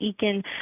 Eakin